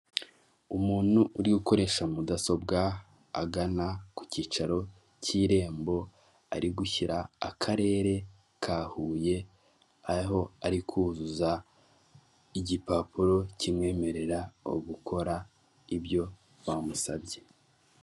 Umuntu uri ukoresha mudasobwa agana ku cyicaro cy'Irembo, ari gushyira akarere ka Huye aho ari kuzuza igipapuro kimwemerera gukora ibyo bamusabye.